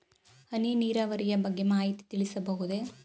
ಹನಿ ನೀರಾವರಿಯ ಬಗ್ಗೆ ಮಾಹಿತಿ ತಿಳಿಸಬಹುದೇ?